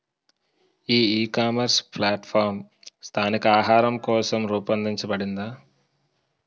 ఈ ecommerce platform స్థానిక ఆహారం కోసం రూపొందించబడిందా?